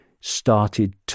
Started